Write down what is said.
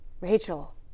Rachel